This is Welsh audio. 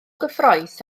gyffrous